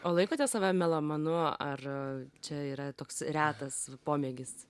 o laikote save melomanu ar čia yra toks retas pomėgis